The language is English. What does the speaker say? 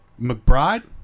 McBride